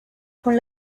con